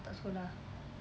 tak sekolah